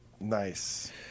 Nice